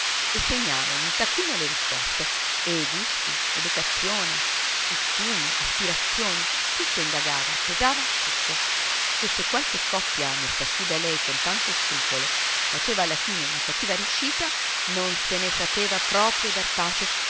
e segnava in un taccuino le risposte e gusti educazione costumi aspirazioni tutto indagava pesava tutto e se qualche coppia messa su da lei con tanto scrupolo faceva alla fine una cattiva riuscita non se ne sapeva proprio dar pace